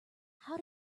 how